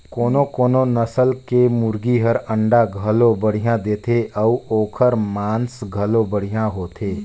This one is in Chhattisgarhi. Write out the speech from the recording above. कोनो कोनो नसल के मुरगी हर अंडा घलो बड़िहा देथे अउ ओखर मांस घलो बढ़िया होथे